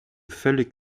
völlig